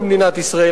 במדינת ישראל,